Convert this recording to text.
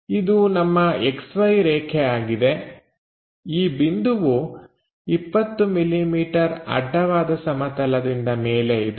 ಇದು ನಮ್ಮ XY ರೇಖೆ ಆಗಿದೆ ಈ ಬಿಂದುವು 20 ಮಿಲಿಮೀಟರ್ ಅಡ್ಡವಾದ ಸಮತಲದಿಂದ ಮೇಲೆ ಇದೆ